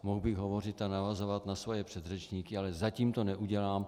Mohl bych hovořit a navazovat na svoje předřečníky, ale zatím to neudělám.